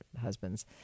husband's